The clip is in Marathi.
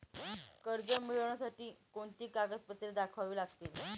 कर्ज मिळण्यासाठी कोणती कागदपत्रे दाखवावी लागतील?